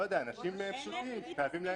אנשים פשוטים שחייבים להם כסף.